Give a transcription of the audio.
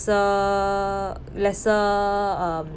~ser lesser um